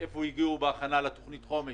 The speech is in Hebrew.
לאן הגיעו בהכנה לתוכנית החומש?